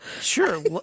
sure